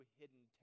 hidden